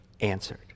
answered